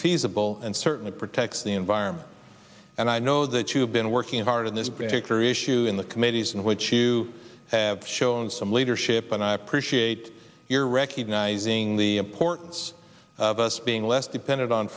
feasible and certainly protects the environment and i know that you've been working hard on this particular issue in the committees in which you have shown some leadership and i appreciate your recognizing the importance of us being less dependent on